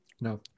No